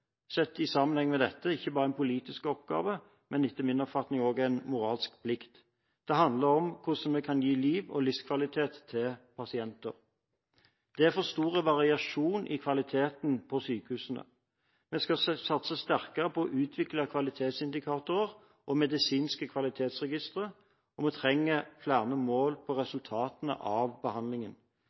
sett i sammenheng med dette, ikke bare en politisk oppgave, men etter min oppfatning også en moralsk plikt. Det handler om hvordan vi kan gi liv og livskvalitet til pasienter. Det er for stor variasjon i kvaliteten på sykehus. Vi skal satse sterkere på å utvikle kvalitetsindikatorer og medisinske kvalitetsregistre, og vi trenger flere mål på resultater av